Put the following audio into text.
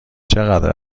چقدر